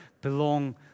belong